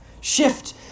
Shift